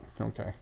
okay